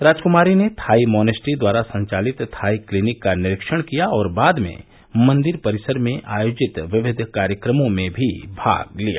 राजकुमारी ने Thai monastery द्वारा संचालित थाई क्लीनिक का निरीक्षण किया और बाद में मंदिर परिसर में आयोजित विविध कार्यक्रमों में भी भाग लिया